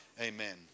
amen